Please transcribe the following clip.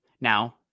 Now